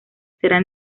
será